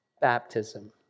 baptism